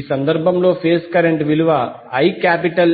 ఈ సందర్భంలో phase current IABVABZ∆VabZ∆